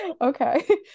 Okay